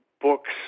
books